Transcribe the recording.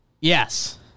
Yes